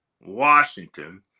Washington